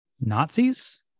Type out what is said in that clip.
Nazis